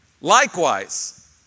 likewise